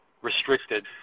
restricted